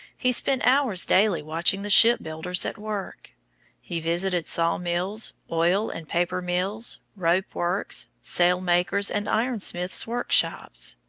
he spent hours daily watching the shipbuilders at work he visited saw-mills, oil and paper-mills, rope-works, sail-makers' and iron-smiths' workshops.